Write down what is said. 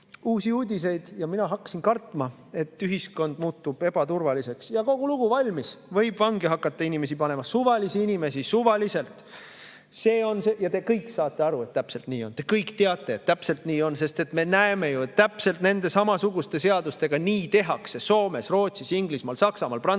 Uusi Uudiseid ja mina hakkasin kartma, et ühiskond muutub ebaturvaliseks." Ja kogu lugu, valmis! Inimesi võib hakata vangi panema – suvalisi inimesi suvaliselt. Te kõik saate aru, et täpselt nii on. Te kõik teate, et täpselt nii on, sest me näeme, et täpselt samasuguste seadustega tehakse nii Soomes, Rootsis, Inglismaal, Saksamaal, Prantsusmaal.